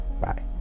bye